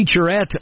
featurette